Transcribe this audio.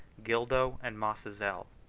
gildo and mascezel.